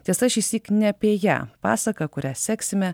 tiesa šįsyk ne apie ją pasaką kurią seksime